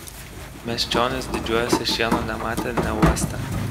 miesčionys didžiuojasi šieno nematę neuostę